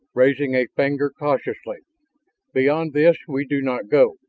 raising a finger cautiously beyond this we do not go.